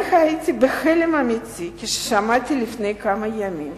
אני הייתי בהלם אמיתי כששמעתי לפני כמה ימים